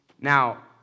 Now